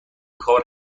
کار